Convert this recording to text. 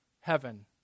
heaven